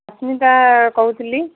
ସସ୍ମିତା କହୁଥିଲି